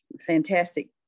fantastic